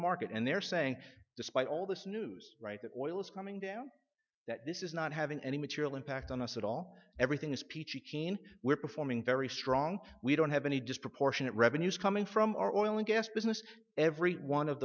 market and they're saying despite all this news right that oil is coming down that this is not having any material impact on us at all everything is peachy keen we're performing very strong we don't have any disproportionate revenues coming from our oil and gas business every one of